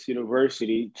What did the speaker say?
University